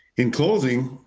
in closing,